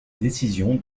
décision